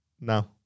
No